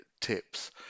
tips